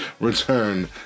return